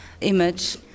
image